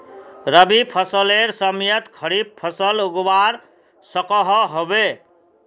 रवि फसलेर समयेत खरीफ फसल उगवार सकोहो होबे?